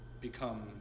become